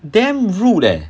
damn rude leh